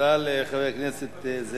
אני מבקש את שלוש הדקות שלו.